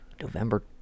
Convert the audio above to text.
November